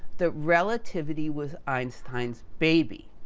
that relativity was einstein's baby.